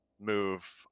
move